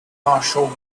partial